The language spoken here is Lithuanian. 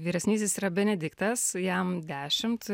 vyresnysis yra benediktas jam dešimt